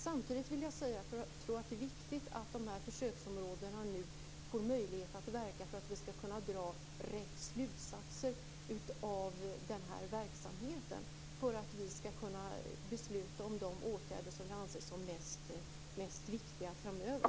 Samtidigt är det viktigt att verksamheten kan pågå i de här försöksområdena, för att vi skall kunna dra rätt slutsatser och besluta om åtgärder framöver.